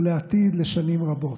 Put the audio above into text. ולעתיד לשנים רבות.